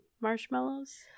marshmallows